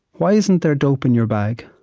why isn't there dope in your bag?